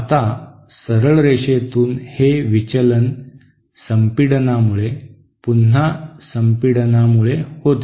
आता सरळ रेषेतून हे विचलन संपीडनामुळे पुन्हा संपीडनामुळे होते